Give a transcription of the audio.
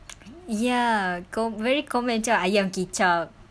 ya kau very common macam ayam kicap